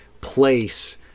place